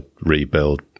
rebuild